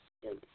चलिए